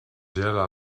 gela